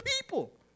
people